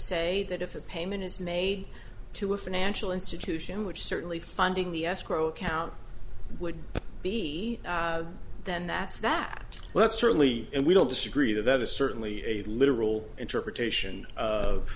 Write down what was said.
say that if a payment is made to a financial institution which certainly funding the escrow account would be then that's that well that's certainly and we don't disagree that that is certainly a literal interpretation of